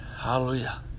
Hallelujah